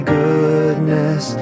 goodness